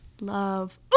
Love